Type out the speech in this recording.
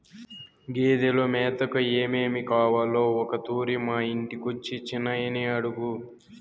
గేదెలు మేతకు ఏమేమి కావాలో ఒకతూరి మా ఇంటికొచ్చి చిన్నయని అడుగు